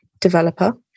developer